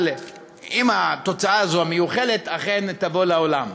אם התוצאה הזו המיוחלת אכן תבוא לעולם,